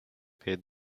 paid